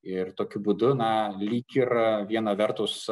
ir tokiu būdu na lyg ir viena vertus